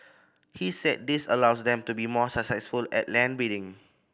he said this allows them to be more successful at land bidding